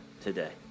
today